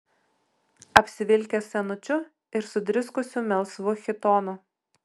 apsivilkęs senučiu ir sudriskusiu melsvu chitonu